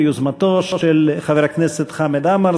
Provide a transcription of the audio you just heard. ביוזמתו של חבר הכנסת חמד עמאר,